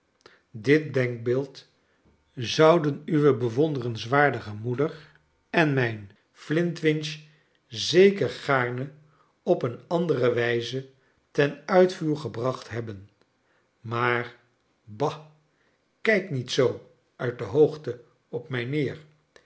dit denkbeeld zouden uwe bewonderenswaardige moeder en mijn flint winch zeker gaarne op een andere wijze ten uitvoer gebracht hebben maar ba kijk niet zoo uit de hoogte op mij neer